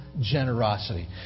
generosity